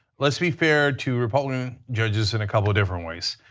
let's be fair to republican judges in a couple of different ways.